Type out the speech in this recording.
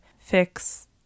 fix